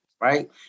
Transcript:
Right